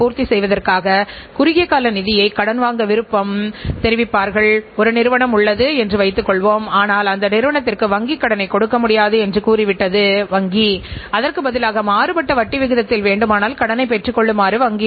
அது சாத்தியமாக இருக்கும்போது இந்த நிறுவனத்தின் தயாரிப்பால் நீங்கள் இந்த நிறுவனத்தின் சேவையைப் பயன்படுத்தினால் நீங்கள் பயனடைவீர்கள் என்கின்ற கருத்து பரவலாக்கப்பட வேண்டும்